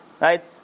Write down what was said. right